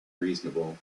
reasonable